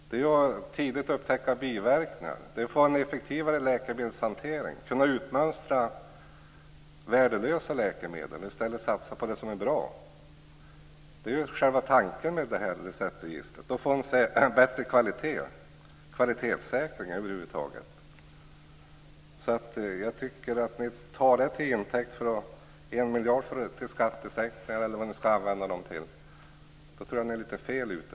Det är att tidigt upptäcka biverkningar, att få en effektivare läkemedelshantering, att kunna utmönstra värdelösa läkemedel och i stället satsa på det som är bra. Det är själva tanken med receptregistret. Det är att få en bättre kvalitet, en kvalitetssäkring. Jag tycker att om ni tar det till intäkt för en miljard i skattesänkningar eller vad ni nu skall använda dem till så är ni litet fel ute.